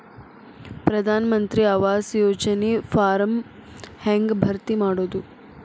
ಪ್ರಧಾನ ಮಂತ್ರಿ ಆವಾಸ್ ಯೋಜನಿ ಫಾರ್ಮ್ ಹೆಂಗ್ ಭರ್ತಿ ಮಾಡೋದು?